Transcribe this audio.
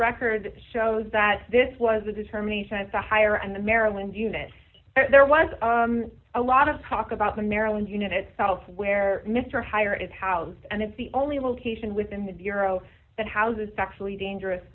record shows that this was a determination to hire and the maryland unit there was a lot of talk about the maryland unit itself where mr hire is housed and it's the only location within the bureau that houses sexily dangerous